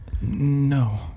No